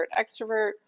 extrovert